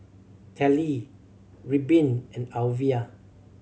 Tallie Reubin and Alyvia